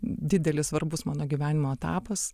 didelis svarbus mano gyvenimo etapas